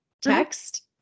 text